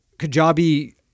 Kajabi